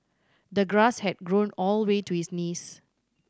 the grass had grown all the way to his knees